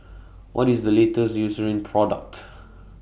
What IS The latest Eucerin Product